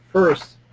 first,